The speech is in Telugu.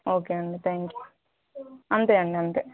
ఓకే అండి థ్యాంక్యూ అంతే అండి అంతే